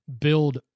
build